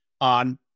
on